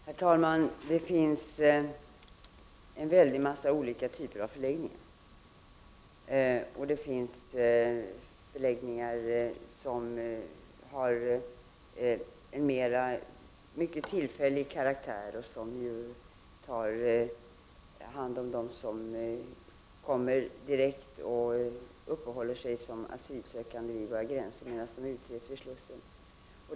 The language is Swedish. Herr talman! Det finns många olika typer av förläggningar. Det finns förläggningar av tillfällig karaktär som tar hand om de direktsökande, dvs. dem som söker asyl vid våra gränser och som utreds vid den s.k. slussen.